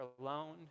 alone